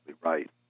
right